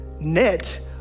net